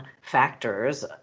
factors